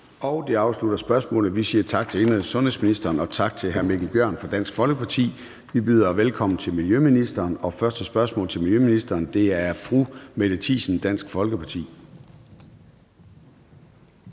Det afslutter spørgsmålet. Vi siger tak til indenrigs- og sundhedsministeren og tak til hr. Mikkel Bjørn fra Dansk Folkeparti. Vi byder velkommen til miljøministeren, og første spørgsmål til miljøministeren er af fru Mette Thiesen, Dansk Folkeparti.